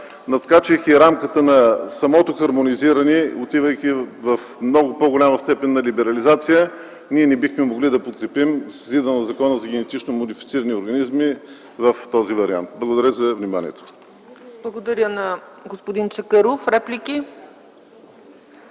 надскачайки рамката на самото хармонизиране, отивайки в много по-голяма степен на либерализация, ние не бихме могли да подкрепим Законопроекта за изменение и допълнение на Закона за генетично модифицирани организми в този вариант. Благодаря за вниманието.